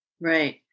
Right